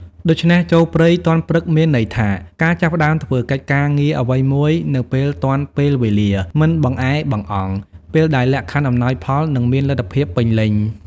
ដូច្នេះចូលព្រៃទាន់ព្រឹក មានន័យថា ការចាប់ផ្ដើមធ្វើកិច្ចការងារអ្វីមួយនៅពេលទាន់ពេលវេលា មិនបង្អែបង្អង់ ពេលដែលលក្ខខណ្ឌអំណោយផល និងមានលទ្ធភាពពេញលេញ ។